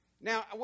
Now